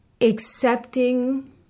accepting